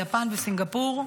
יפן וסינגפור.